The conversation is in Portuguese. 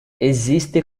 existe